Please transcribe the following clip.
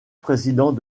président